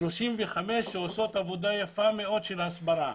35 מתנדבות, שעושות עבודה יפה מאוד של הסברה.